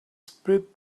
spit